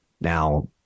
Now